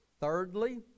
Thirdly